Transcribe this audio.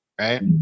right